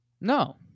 No